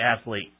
athlete